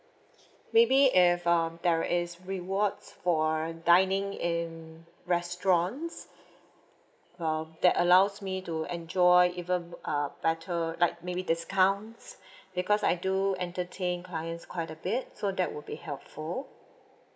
maybe if um there is rewards for dining in restaurants um that allows me to enjoy even uh better like maybe discounts because I do entertain clients quite a bit so that would be helpful